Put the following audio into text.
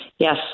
Yes